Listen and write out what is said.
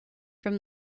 from